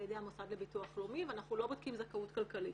ידי המוסד לביטוח לאומי ואנחנו לא בודקים זכאות כלכלית.